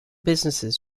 businesses